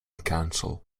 councillor